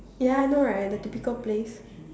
ya I know right the typical place